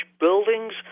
buildings